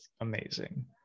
amazing